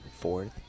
fourth